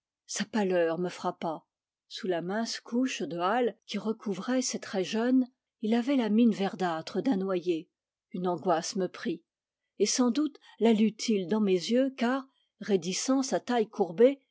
sa pâleur me frappa sous la mince couche de hâle qui recouvrait ses traits jeunes il avait la mine verdâtre d'un noyé une angoisse me prit et sans doute la lut il dans mes yeux car raidissant sa taille courbée